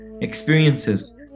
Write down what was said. experiences